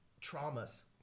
traumas